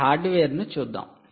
ఈ హార్డ్వేర్ను చూద్దాం